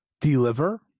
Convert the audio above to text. deliver